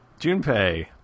Junpei